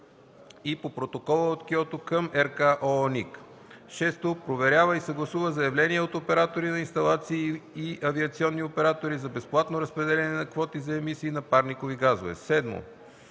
и по Протокола от Киото към РКООНИК; 6. проверява и съгласува заявления от оператори на инсталации и авиационни оператори за безплатно разпределяне на квоти за емисии на парникови газове; 7.